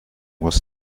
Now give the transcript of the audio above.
was